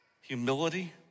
humility